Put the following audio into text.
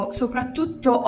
soprattutto